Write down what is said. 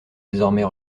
désormais